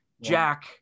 Jack